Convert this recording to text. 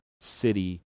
city